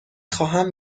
خواهم